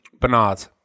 Bernard